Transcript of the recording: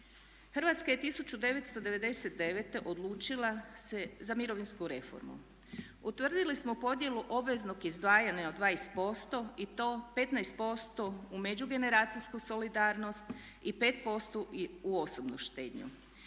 Hrvatska je 1999.odlučila se za mirovinsku reformu. Utvrdili smo podjelu obveznog izdvajanja od 20% i to 15% u međugeneracijsku solidarnost i 5% u osobnu štednju